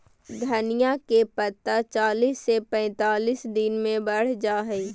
धनिया के पत्ता चालीस से पैंतालीस दिन मे बढ़ जा हय